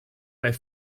met